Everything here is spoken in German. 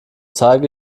zeige